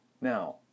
Now